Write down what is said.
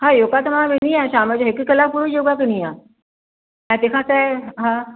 हा योगा त मां वेंदी आहियां शाम जो हिकु कलाकु रोज़ु योगा कंदी आहियां ऐं तंहिंखां सवाइ हा